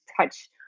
touch